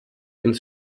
ins